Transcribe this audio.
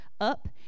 up